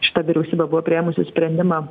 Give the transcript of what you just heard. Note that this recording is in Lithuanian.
šita vyriausybė buvo priėmusi sprendimą